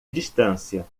distância